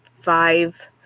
five